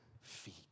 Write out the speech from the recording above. feet